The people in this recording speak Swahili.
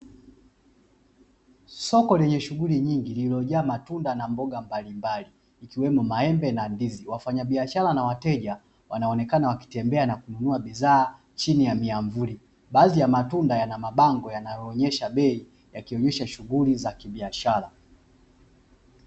Soko lenye shughuli nyingi, lililojaa matunda na mbonga mbalimbali; ikiwemo maembe na ndizi, wafanyabiashara na wateja wanaonekana wakitembea na kununua bidhaa chini ya miamvuli, baadhi ya matunda yana mabango yanayoonyesha bei yakionyesha shughuli za kibiashara.